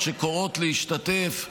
שקוראות להשתתף